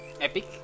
Epic